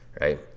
right